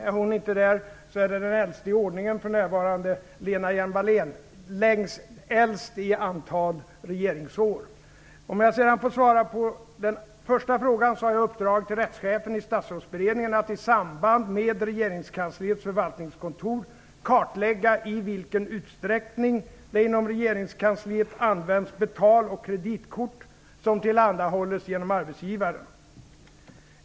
Är hon inte där är det den äldste i ordningen, för närvarande Lena Hjelm Wallén, som är äldst i fråga om antal regeringsår. När det gäller den första frågan har jag uppdragit åt rättschefen i statsrådsberedningen att i samband med regeringskansliets förvaltningskontor kartlägga i vilken utsträckning det inom regeringskansliet används betal och kreditkort som tillhandahålles genom arbetsgivaren.